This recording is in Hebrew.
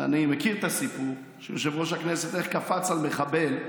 אני מכיר את הסיפור איך שיושב-ראש הכנסת קפץ על מחבל,